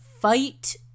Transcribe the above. fight